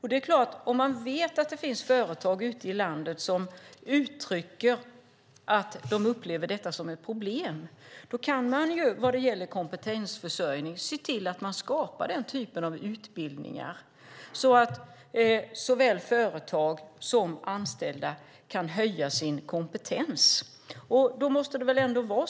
Vet man att det finns företag ute i landet som uttrycker att de upplever detta som ett problem kan man vad gäller kompetensförsörjning se till att man skapar den typen av utbildningar så att såväl företag som anställda kan höja sin kompetens.